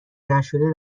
نشده